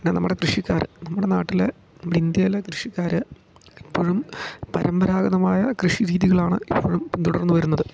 പിന്നെ നമ്മുടെ കൃഷിക്കാർ നമ്മുടെ നാട്ടിലെ നമ്മുടെ ഇന്ത്യയിലെ കൃഷിക്കാർ ഇപ്പോഴും പരമ്പരാഗതമായ കൃഷി രീതികളാണ് ഇപ്പോഴും പിന്തുടർന്നു വരുന്നത്